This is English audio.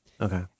okay